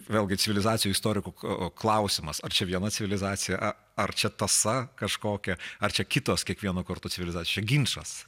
vėlgi civilizacijų istoriko klausimas ar čia viena civilizacija ar čia tąsa kažkokia ar čia kitos kiekvieną kartą civilizacijos čia ginčas